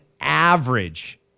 average